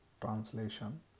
TRANSLATION